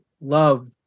love